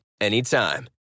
anytime